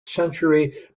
century